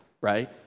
right